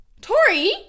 Tori